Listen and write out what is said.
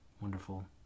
wonderful